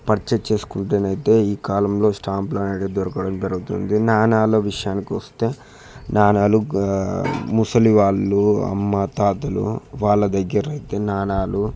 purchase చేసుకుంటే అయితే ఈ కాలంలో స్టాంపులు అనేవి దొరకడం జరుగుతుంది నాణ్యాలు విషయానికి వస్తే నాణ్యాలు ముసలి వాళ్ళు అమ్మ తాతలు వాళ్ళ దగ్గర అయితే నాణ్యాలు